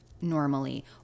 normally